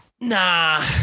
Nah